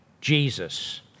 Jesus